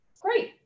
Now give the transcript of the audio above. great